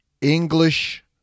English